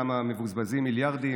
למה מבוזבזים מיליארדים,